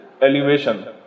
elevation